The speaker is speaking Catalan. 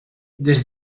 des